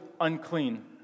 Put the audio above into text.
unclean